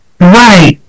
Right